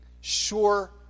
sure